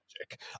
magic